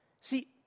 See